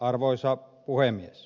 arvoisa puhemies